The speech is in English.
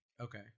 okay